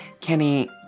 Kenny